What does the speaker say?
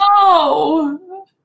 No